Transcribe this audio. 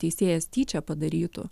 teisėjas tyčia padarytų